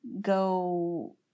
go